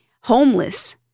homeless